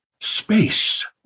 space